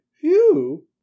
Phew